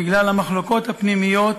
בגלל המחלוקות הפנימיות